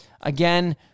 Again